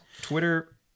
Twitter